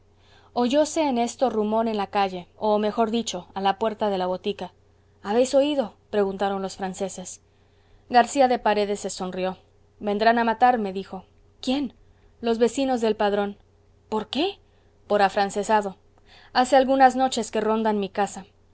apuraron su vaso oyóse en esto rumor en la calle o mejor dicho a la puerta de la botica habéis oído preguntaron los franceses garcía de paredes se sonrió vendrán a matarme dijo quién los vecinos del padrón por qué por afrancesado hace algunas noches que rondan mi casa